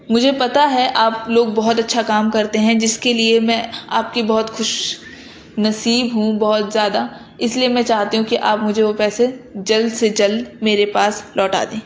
مجھے پتہ ہے آپ لوگ بہت اچھا کام کرتے ہیں جس کے لیے میں آپ کی بہت خوش نصیب ہوں بہت زیادہ اس لیے میں چاہتی ہوں کہ آپ مجھے وہ پیسے جلد سے جلد میرے پاس لوٹا دیں